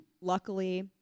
luckily